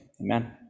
amen